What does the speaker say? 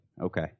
okay